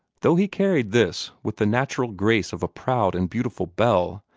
though he carried this with the natural grace of a proud and beautiful belle,